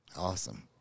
awesome